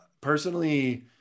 personally